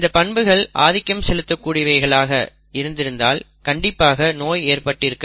இந்த பண்புகள் ஆதிக்கம் செலுத்த கூடியவைகளாக இருந்திருந்தால் கண்டிப்பாக நோய் ஏற்பட்டு இருக்கும்